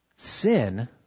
Sin